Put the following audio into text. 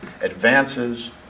advances